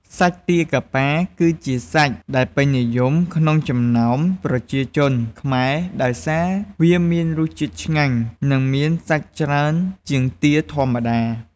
សាច់ទាកាប៉ា គឺជាសាច់ដែលពេញនិយមក្នុងចំណោមប្រជាជនខ្មែរ ដោយសារវាមានរសជាតិឆ្ងាញ់ និងមានសាច់ច្រើនជាងទាធម្មតា។